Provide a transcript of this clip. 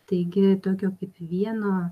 taigi tokio kaip vieno